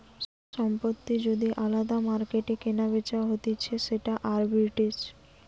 সম্পত্তি যদি আলদা মার্কেটে কেনাবেচা হতিছে সেটা আরবিট্রেজ